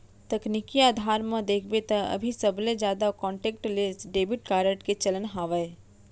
तकनीकी अधार म देखबे त अभी सबले जादा कांटेक्टलेस डेबिड कारड के चलन हावय